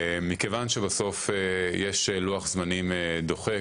מכיוון שבסוף יש לוח זמנים דוחק,